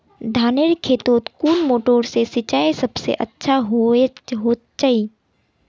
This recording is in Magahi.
धानेर खेतोत कुन मोटर से सिंचाई सबसे अच्छा होचए?